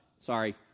sorry